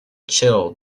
chill